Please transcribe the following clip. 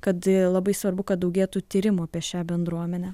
kad labai svarbu kad daugėtų tyrimų apie šią bendruomenę